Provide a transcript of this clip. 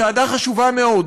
היא צעדה חשובה מאוד.